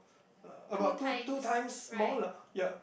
uh about two two times more lah ya